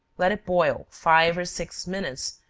let it boil, five or six minutes,